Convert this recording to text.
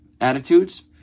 attitudes